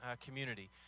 community